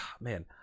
Man